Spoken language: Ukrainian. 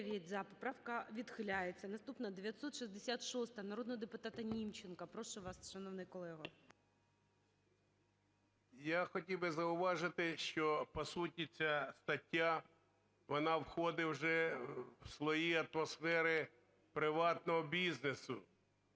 Я хотів би зауважити, що по суті ця стаття вона входить вже в слої атмосфери приватного бізнесу